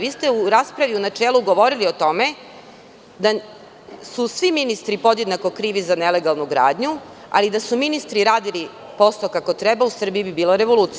Vi ste u raspravi, u načelu, govorili o tome da su svi ministri podjednako krivi za nelegalnu gradnju, ali da su ministri radili posao kako treba u Srbiji bi bila revolucija.